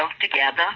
together